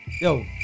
Yo